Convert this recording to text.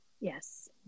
yes